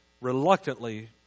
reluctantly